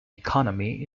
economy